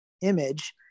image